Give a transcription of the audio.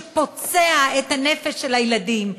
שפוצע את הנפש של הילדים,